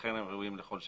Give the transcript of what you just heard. לכן הם ראויים לכל שבח.